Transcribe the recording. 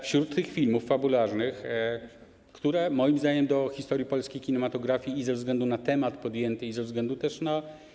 Wśród tych filmów fabularnych, które moim zdaniem do historii polskiej kinematografii i ze względu na podjęty temat, i ze względu na.